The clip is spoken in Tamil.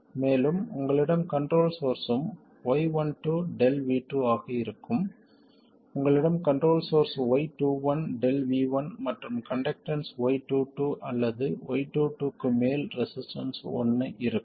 மேலும் உங்களிடம் கண்ட்ரோல் சோர்ஸும் y12 Δ V2 ஆக இருக்கும் உங்களிடம் கண்ட்ரோல் சோர்ஸ் y21 Δ V1 மற்றும் கண்டக்டன்ஸ் y22 அல்லது y22 க்கு மேல் ரெசிஸ்டன்ஸ் 1 இருக்கும்